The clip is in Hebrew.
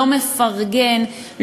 לא מפרגן,